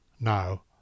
Now